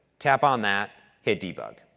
tap on that, hit debug,